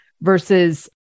versus